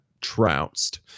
trounced